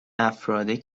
افرادی